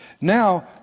Now